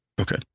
Okay